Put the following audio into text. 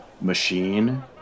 Machine